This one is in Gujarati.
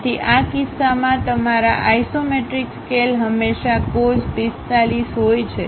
તેથી આ કિસ્સામાં તમારા આઇસોમેટ્રિક સ્કેલ હંમેશા cos45 હોય છે